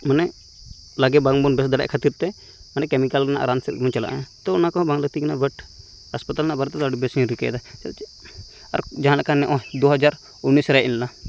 ᱢᱟᱱᱮ ᱞᱟᱜᱮ ᱵᱟᱝᱵᱚᱱ ᱵᱮᱥ ᱫᱟᱲᱮᱭᱟᱜ ᱠᱷᱟᱹᱛᱤᱨ ᱛᱮ ᱢᱟᱱᱮ ᱠᱮᱢᱤᱠᱮᱞ ᱨᱮᱱᱟᱜ ᱨᱟᱱ ᱥᱮᱫ ᱜᱮᱵᱚᱱ ᱪᱟᱞᱟᱜᱼᱟ ᱛᱚ ᱚᱱᱟ ᱠᱚ ᱵᱟᱝ ᱞᱟ ᱠᱛᱤ ᱠᱟᱱᱟ ᱵᱟᱴ ᱦᱟᱥᱯᱟᱛᱟᱞ ᱨᱮᱱᱟᱜ ᱵᱟᱨᱮᱛᱮᱜᱮ ᱟ ᱰᱤ ᱵᱮᱥᱜᱮᱧ ᱨᱤᱠᱟᱹᱭᱮᱫᱟ ᱪᱮᱫᱟᱜ ᱪᱮ ᱟᱨ ᱡᱟᱦᱟᱸ ᱞᱮᱠᱟᱱ ᱱᱚᱜ ᱚᱭ ᱫᱩ ᱦᱟᱡᱟᱨ ᱩᱱᱱᱤᱥ ᱨᱮ ᱦᱮᱡ ᱞᱮᱱᱟ